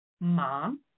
mom